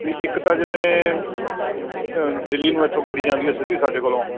ਵੀ ਇੱਕ ਤਾਂ ਜਿਵੇਂ ਦਿੱਲੀ ਨੂੰ ਇੱਥੋਂ ਗੱਡੀ ਜਾਂਦੀ ਸਿੱਧੀ ਸਾਡੇ ਕੋਲੋਂ